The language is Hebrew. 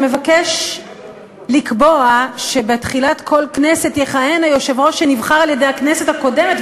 שמבקש לקבוע שבתחילת כל כנסת יכהן היושב-ראש שנבחר על-ידי הכנסת הקודמת,